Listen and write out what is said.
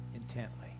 intently